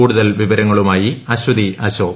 കൂടുതൽ വിവരങ്ങളുമായി അൾപ്പി അശോക്